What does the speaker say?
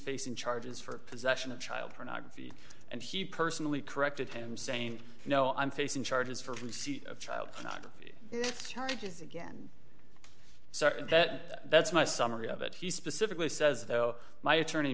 facing charges for possession of child pornography and he personally corrected him saying no i'm facing charges for receipt of child pornography charges again certain that that's my summary of it he specifically says though my attorney